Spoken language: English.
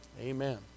Amen